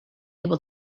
able